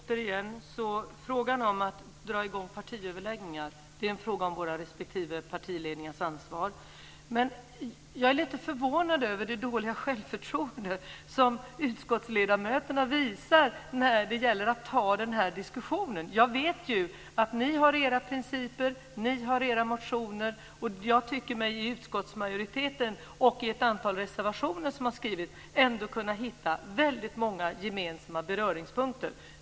Herr talman! Frågan om att dra i gång partiöverläggningar är våra respektive partiledningars ansvar. Jag är lite förvånad över det dåliga självförtroende som utskottsledamöterna visar när det gäller att ta denna diskussion. Jag vet ju att ni har era principer och era motioner. Jag tycker mig hos utskottsmajoriteten och i ett antal reservationer som har skrivits ändå kunna hitta väldigt många gemensamma beröringspunkter.